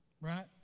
right